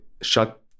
shut